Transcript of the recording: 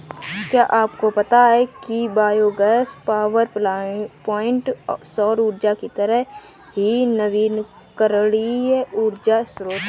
क्या आपको पता है कि बायोगैस पावरप्वाइंट सौर ऊर्जा की तरह ही नवीकरणीय ऊर्जा स्रोत है